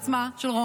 בעצמה.